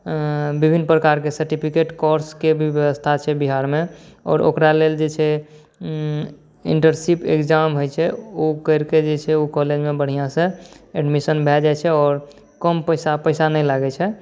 विभिन्न प्रकारके सर्टिफिकेट कोर्सके भी बेबस्था छै बिहारमे आओर ओकरा लेल जे छै इन्टर्नशिप एग्जाम होइ छै ओ करिके जे छै ओ कॉलेजमे बढ़िआँसँ एडमिशन भऽ जाइ छै आओर कम पइसा पइसा नहि लागै छै